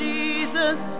Jesus